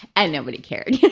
and nobody cared. yeah